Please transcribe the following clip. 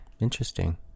Interesting